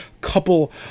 couple